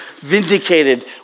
vindicated